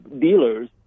dealers